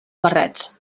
barrets